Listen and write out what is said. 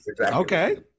okay